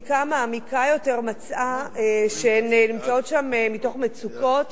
בדיקה מעמיקה יותר מצאה שהן נמצאות שם מתוך מצוקות,